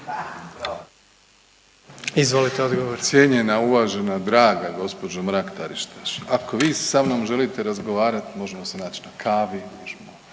Andrej (HDZ)** Cijenjena, uvažena i draga gđo. Mrak-Taritaš, ako vi sa mnom želite razgovarat možemo se nać na kavi, možemo